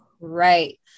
Right